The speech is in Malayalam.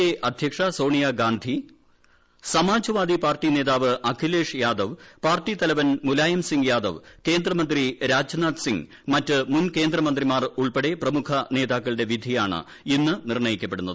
എ അധ്യക്ഷ സോണിയാ ഗാന്ധി സമാജ്വാദി പാർട്ടി നേതാവ് അഖിലേഷ് യാദവ് പാർട്ടി തലവൻ മുലായം സിങ് യാദവ് കേന്ദ്രമന്ത്രി രാജ്നാഥ് സിങ് മറ്റ് മുൻ കേന്ദ്രമന്ത്രിമാർ ഉൾപ്പെ ടെ പ്രമുഖ നേതാക്കളുടെ വിധിയാണ് ഇന്ന് നിർണ്ണയിക്കപ്പെടുന്നത്